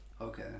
Okay